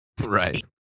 right